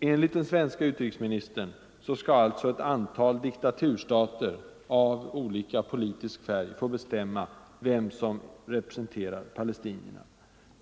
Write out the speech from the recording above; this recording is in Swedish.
Enligt den svenska utrikesministern skall alltså ett antal diktaturstater av olika politisk färg få bestämma vem som representerar palestinierna.